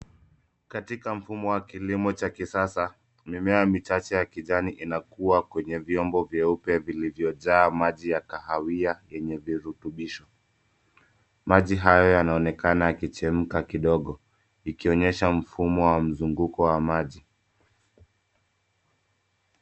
Katika mfumo wa kilimo cha kisasa mimea michache inakua kwenye vyombo vyeupe vilivyojaa maji ya kahawia yenye virutubisho. Maji hayo yanaonekana yakichemka kidogo ikionyesha mfumo wa mzunguko wa maji.